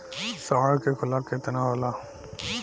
साढ़ के खुराक केतना होला?